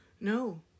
no